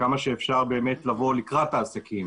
וכמה שאפשר באמת לבוא לקראת העסקים